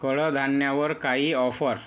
कडधान्यावर काही ऑफर